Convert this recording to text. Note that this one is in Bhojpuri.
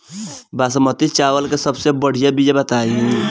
बासमती चावल के सबसे बढ़िया बिया बताई?